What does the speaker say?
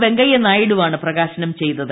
വെങ്കയ്യനായിഡുവാണ് പ്രകാശനം ചെയ്തത്